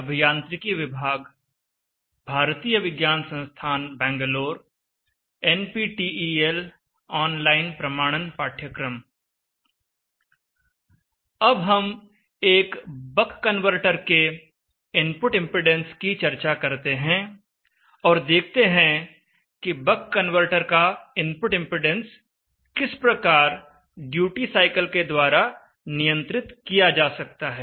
अब हम एक बक कनवर्टर के इनपुट इंपेडेंस की चर्चा करते हैं और देखते हैं कि बक कन्वर्टर का इनपुट इंपेडेंस किस प्रकार ड्यूटी साइकिल के द्वारा नियंत्रित किया जा सकता है